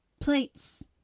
plates